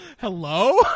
Hello